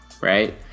right